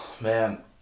man